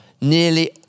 Nearly